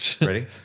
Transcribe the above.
Ready